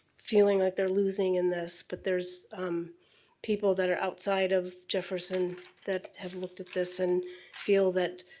feeling like they're losing in this but there's people that are outside of jefferson that have looked at this and feel that